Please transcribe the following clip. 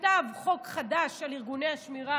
שכתב חוק חדש על ארגוני השמירה.